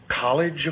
college